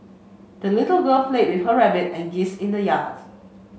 the little girl played with her rabbit and geese in the yards